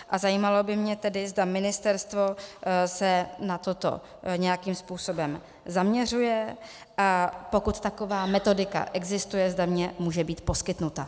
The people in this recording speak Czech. Zajímalo by mě tedy, zda se ministerstvo na toto nějakým způsobem zaměřuje, a pokud taková metodika existuje, zda mě může být poskytnuta.